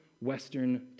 Western